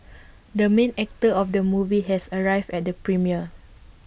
the main actor of the movie has arrived at the premiere